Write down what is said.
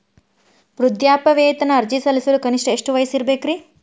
ವೃದ್ಧಾಪ್ಯವೇತನ ಅರ್ಜಿ ಸಲ್ಲಿಸಲು ಕನಿಷ್ಟ ಎಷ್ಟು ವಯಸ್ಸಿರಬೇಕ್ರಿ?